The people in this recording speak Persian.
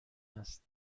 است